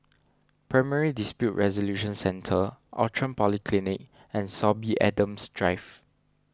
Primary Dispute Resolution Centre Outram Polyclinic and Sorby Adams Drive